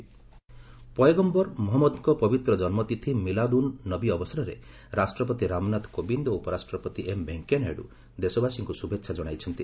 ମିଲାଦ ଉନ୍ ନବି ପୟଗମ୍ଘର ମହମ୍ମଦଙ୍କ ପବିତ୍ର କନ୍ମତିଥି 'ମିଲାଦ୍ ଉନ୍ ନବୀ' ଅବସରରେ ରାଷ୍ଟ୍ରପତି ରାମନାଥ କୋବିନ୍ଦ ଓ ଉପରାଷ୍ଟ୍ରପତି ଏମ୍ ଭେଙ୍କୟା ନାଇଡୁ ଦେଶବାସୀଙ୍କୁ ଶୁଭେଚ୍ଛା ଜଣାଇଛନ୍ତି